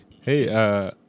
hey